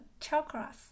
chakras